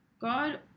God